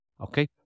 Okay